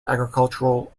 agricultural